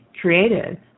created